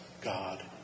god